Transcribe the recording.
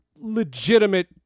legitimate